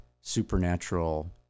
supernatural